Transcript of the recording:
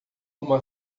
uma